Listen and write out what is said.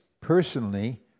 personally